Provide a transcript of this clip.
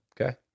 Okay